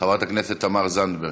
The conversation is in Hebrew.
חברת הכנסת תמר זנדברג,